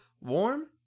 warm